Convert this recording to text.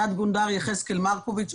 תת גונדר יחזקאל מרקוביץ',